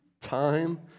time